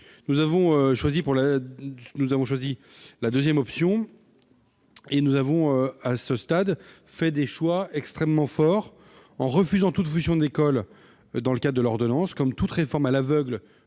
Nous avons choisi la seconde option et fait des choix extrêmement forts, en refusant toute fusion d'écoles dans le cadre de l'ordonnance et toute réforme à l'aveugle